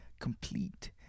complete